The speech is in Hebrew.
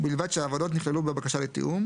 ובלבד שהעבודות נכללו בבקשה לתיאום,